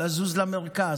לזוז למרכז,